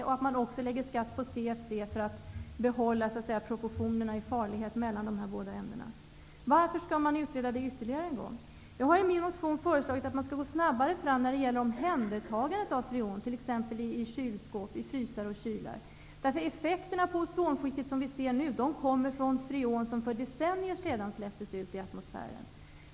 Man lägger också skatt på CFC för att, så att säga, behålla proportionerna i farlighet mellan dessa båda ämnen. Varför skall man utreda detta ytterligare en gång? Jag har i min motion föreslagit att man skall gå snabbare fram när det gäller omhändertagandet av freon, t.ex. i frysar och kylskåp. De effekter på ozonskiktet som vi nu ser kommer från freoner som för decennier sedan släpptes ut i atmosfären.